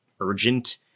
urgent